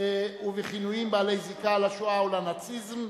ובכינויים בעלי זיקה לשואה או לנאציזם,